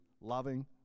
loving